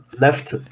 left